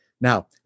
Now